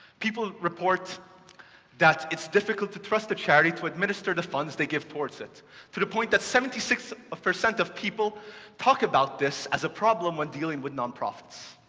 people report that it's difficult to trust the charity to administer the funds they give towards it to the point that seventy six percent of people talk about this as a problem when dealing with nonprofits.